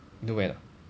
you know where or not